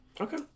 Okay